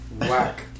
Whack